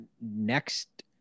next